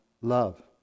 love